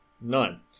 None